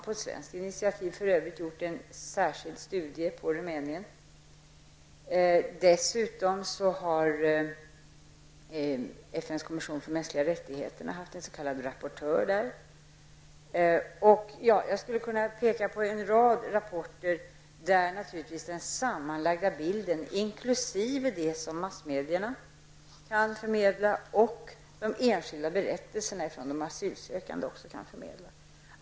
På svenskt initiativ har man för övrigt gjort en särskild studie om Rumänien inom ramen för de s.k. konsultationerna. FNs kommission för mänskliga rättigheter har dessutom haft en rapportör där. Jag skulle kunna peka på en rad rapporter där den sammanlagda bilden inkluderar det som massmedierna kan förmedla och berättelser från enskilda asylsökande.